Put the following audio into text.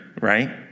right